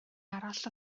arall